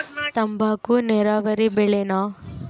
ತಂಬಾಕು ನೇರಾವರಿ ಬೆಳೆನಾ?